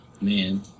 man